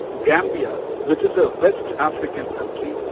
gambia, which is a west african country,